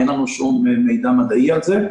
אין לנו שום מידע מדעי על זה.